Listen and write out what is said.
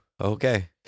okay